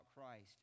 Christ